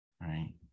right